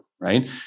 right